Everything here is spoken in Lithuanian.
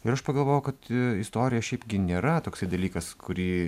ir aš pagalvojau kad i istorija šiaipgi nėra toksai dalykas kurį